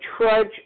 trudge